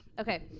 okay